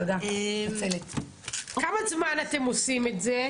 כמה זמן אתם בתחום?